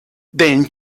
then